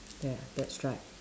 ya that's right